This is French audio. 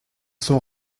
sont